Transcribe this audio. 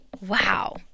Wow